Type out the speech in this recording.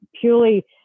purely